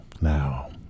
Now